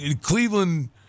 Cleveland